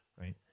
right